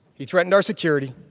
he threatened our security.